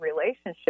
relationship